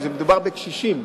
מדובר בקשישים,